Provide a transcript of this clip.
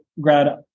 grad